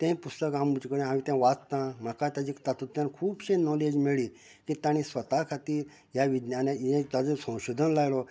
तें पुस्तक म्हजे कडेन हांव तें वाचतां म्हाका तातूंतल्यान खुबशें नोलेज मेळ्ळी की तांणी स्वता खातीर ह्या विज्ञाना हें ताजें संशोधन लायलो ताजें